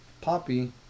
poppy